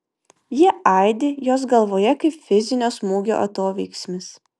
jie aidi jos galvoje kaip fizinio smūgio atoveiksmis